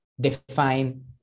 define